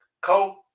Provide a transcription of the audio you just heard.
Co